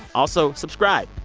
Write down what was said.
also, subscribe.